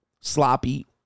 sloppy